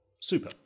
super